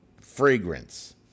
fragrance